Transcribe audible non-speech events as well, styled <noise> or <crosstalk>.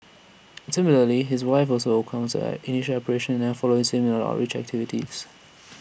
similarly his wife also A common side initial <unintelligible> and follows him on outreach activities